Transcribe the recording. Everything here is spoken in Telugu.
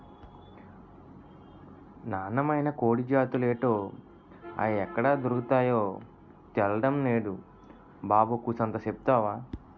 నాన్నమైన కోడి జాతులేటో, అయ్యెక్కడ దొర్కతాయో తెల్డం నేదు బాబు కూసంత సెప్తవా